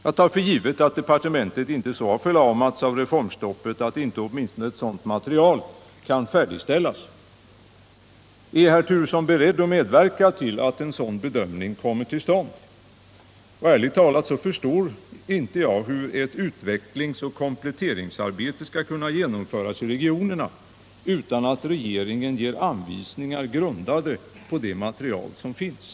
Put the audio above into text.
Jag tar för givet att departementet inte så har förlamats av reformstoppet att inte åtminstone ett sådant material kan färdigställas. Är herr Turesson beredd att medverka till att en sådan bedömning kommer till stånd? Ärligt talat förstår jag inte hur ett utvecklingsoch kompletteringsarbete skall kunna genomföras i regionerna utan att regeringen ger anvisningar grundade på det material som finns.